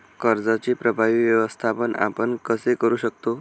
कर्जाचे प्रभावी व्यवस्थापन आपण कसे करु शकतो?